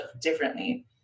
differently